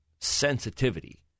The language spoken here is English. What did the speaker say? sensitivity